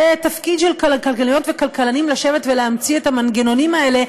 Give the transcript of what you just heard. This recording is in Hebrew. זה תפקיד של כלכלניות וכלכלנים לשבת ולהמציא את המנגנונים האלה,